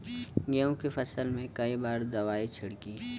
गेहूँ के फसल मे कई बार दवाई छिड़की?